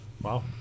wow